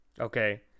Okay